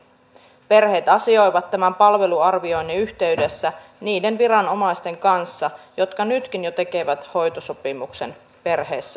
perheet asioivat tämän palveluarvioinnin yhteydessä niiden viranomaisten kanssa jotka nytkin jo tekevät hoitosopimuksen perheen kanssa